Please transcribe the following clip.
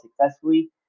successfully